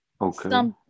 okay